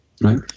right